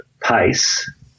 pace